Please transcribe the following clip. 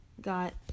got